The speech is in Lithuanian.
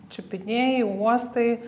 čiupinėji uostai